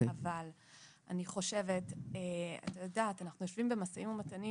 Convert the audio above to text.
אנחנו יושבים במשאים ומתנים